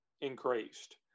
increased